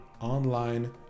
online